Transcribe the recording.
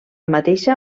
mateixa